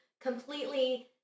completely